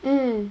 mm